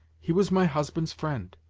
he was my husband's friend.